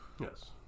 Yes